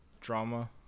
drama